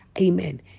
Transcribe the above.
Amen